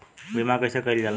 बीमा कइसे कइल जाला?